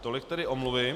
Tolik tedy omluvy.